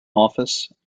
office